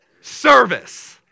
service